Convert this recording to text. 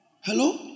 Hello